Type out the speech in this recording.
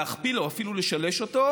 להכפיל או אפילו לשלש אותו,